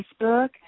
Facebook